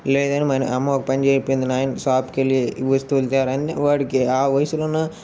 లేదా అమ్మ ఒక పని చెప్పింది నాన్న షాప్కి వెళ్ళి ఈ వస్తువులు తేరా అని వాడికి ఆ వయసులోనే